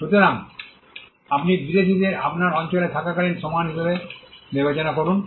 সুতরাং আপনি বিদেশীদের আপনার অঞ্চলে থাকাকালীন সমান হিসাবে বিবেচনা করুন